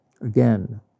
again